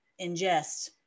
ingest